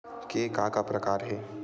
के का का प्रकार हे?